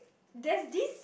there's this